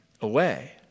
away